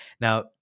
Now